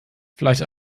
vielleicht